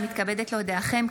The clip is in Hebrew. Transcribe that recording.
אני מתכבדת להודיעכם,